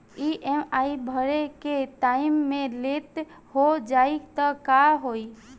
EMI भरे के time मे लेट हो जायी त का होई?